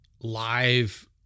live